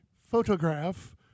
photograph